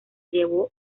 llevó